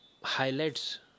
highlights